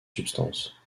substance